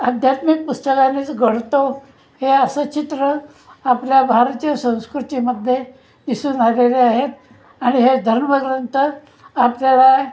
आध्यात्मिक पुस्तकानेच घडतो हे असं चित्र आपल्या भारतीय संस्कृतीमध्ये दिसून आलेले आहेत आणि हे धर्मग्रंथ आपल्याला